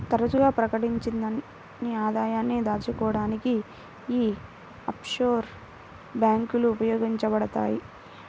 తరచుగా ప్రకటించని ఆదాయాన్ని దాచుకోడానికి యీ ఆఫ్షోర్ బ్యేంకులు ఉపయోగించబడతయ్